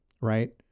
right